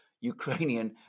ukrainian